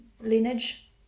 lineage